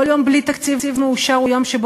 כל יום בלי תקציב מאושר הוא יום שבו